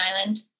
Island